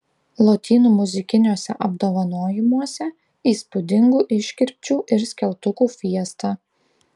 lotynų muzikiniuose apdovanojimuose įspūdingų iškirpčių ir skeltukų fiesta